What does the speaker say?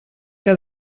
que